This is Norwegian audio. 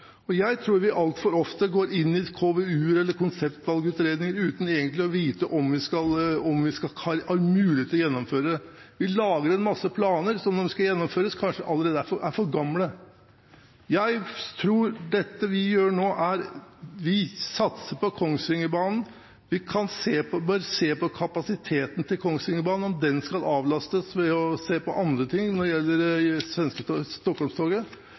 har. Jeg tror vi altfor ofte går inn i KVU-er, konseptvalgutredninger, uten egentlig å vite om vi har mulighet til å gjennomføre det. Vi lager en masse planer som – om de skal gjennomføres – kanskje allerede er for gamle. Jeg tror det vi gjør nå, er at vi satser på Kongsvingerbanen. Vi bør se på kapasiteten til Kongsvingerbanen, om den skal avlastes ved å se på andre ting når det gjelder